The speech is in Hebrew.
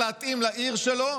ורב עיר צריך להתאים לעיר שלו,